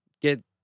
get